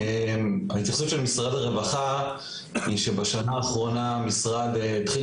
התייחסות משרד הרווחה היא שבשנה האחרונה המשרד התחיל